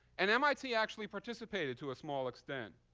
and mit actually participated, to a small extent.